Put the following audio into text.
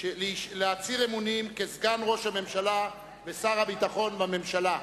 להצהיר אמונים כסגן ראש הממשלה ושר הביטחון בממשלה.